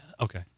Okay